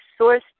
sourced